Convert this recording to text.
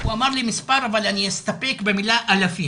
הוא אמר לי מספר, אבל אני אסתפק במילה 'אלפים'.